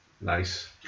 Nice